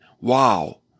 wow